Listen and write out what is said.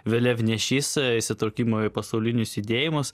vėliavnešys įsitraukimo į pasaulinius judėjimus